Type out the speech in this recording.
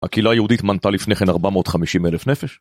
הקהילה היהודית מנתה לפני כן 450,000 נפש?